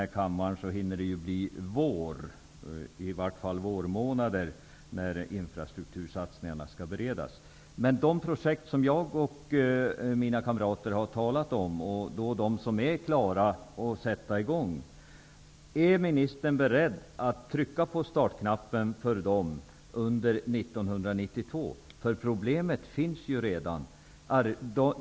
Är kommunikationsministern beredd att redan nu 1992, detta nådens år, trycka på startknappen för de projekt som jag och mina kamrater har talat om och de projekt som är klara att sättas i gång? Problemet finns redan.